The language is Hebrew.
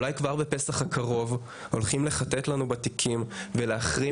אולי כבר בפסח הקרוב הולכים לחטט לנו בתיקים ולהחרים